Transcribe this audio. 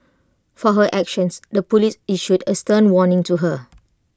for her actions the Police issued A stern warning to her